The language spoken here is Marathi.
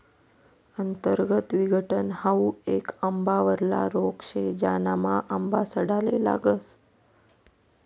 अंतर्गत विघटन हाउ येक आंबावरला रोग शे, ज्यानामा आंबा सडाले लागस